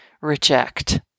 reject